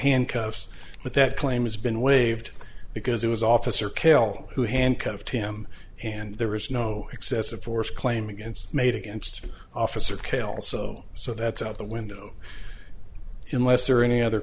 handcuffs but that claim has been waived because it was officer kill who handcuffed him and there is no excessive force claim against made against officer calles so so that's out the window in less or any other